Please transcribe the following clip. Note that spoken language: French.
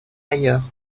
ailleurs